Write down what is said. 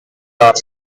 army